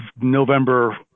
November